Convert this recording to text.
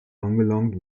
angelangt